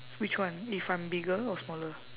which one if I'm bigger or smaller